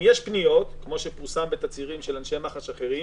כמו שפורסם בתצהירים של אנשי מח"ש אחרים,